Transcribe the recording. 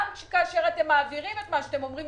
גם כאשר אתם מעבירים את מה שאתם אומרים,